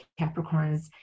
Capricorns